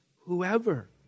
whoever